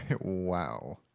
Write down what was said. Wow